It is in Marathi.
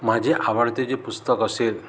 माझे आवडते जे पुस्तक असेल